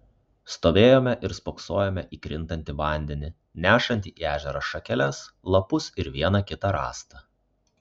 stovėjome ir spoksojome į krintantį vandenį nešantį į ežerą šakeles lapus ir vieną kitą rąstą